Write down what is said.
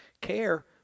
care